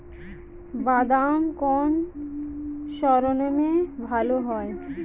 বাদাম কোন মরশুমে ভাল হয়?